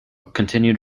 continued